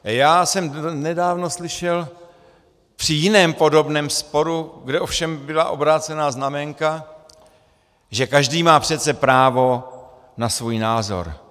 Já jsem nedávno slyšel při jiném podobném sporu, kde ovšem byla obrácená znaménka, že každý má přece právo na svůj názor.